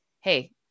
hey